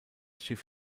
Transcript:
schiff